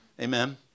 Amen